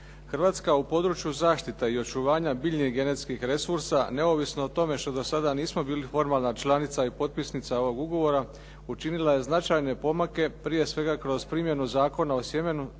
Hrvatska u području zaštite i očuvanja biljnih genetskih resursa neovisno o tome što do sada nismo bili formalna članica i potpisnica ovog ugovora učinila je značajne pomake prije svega kroz primjenu Zakona o sjemenu,